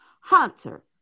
Hunter